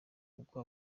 kuko